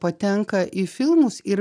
patenka į filmus ir